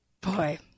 Boy